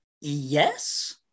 Yes